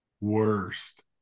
Worst